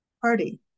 party